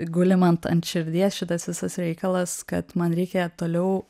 guli man ant širdies šitas visas reikalas kad man reikia toliau